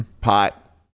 Pot